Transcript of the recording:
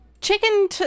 chicken